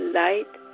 light